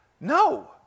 No